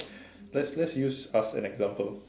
let's let's use us as an example